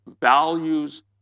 values